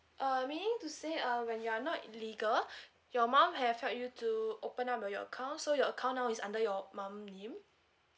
uh meaning to say um when you are not legal your mum have helped you to open up uh your account so your account now is under your mum name